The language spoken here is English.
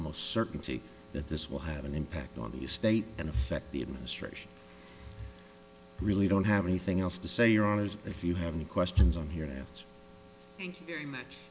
almost certainty that this will have an impact on the state and affect the administration really don't have anything else to say your honour's if you have any questions on here